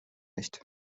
nicht